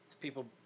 people